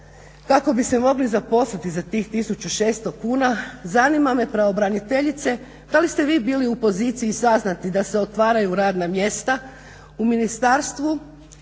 kako bi se mogli zaposliti za tih 1600 kuna. Zanima me pravobraniteljice da li ste vi bili u poziciji saznati da se otvaraju radna mjesta u ministarstvu